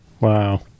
Wow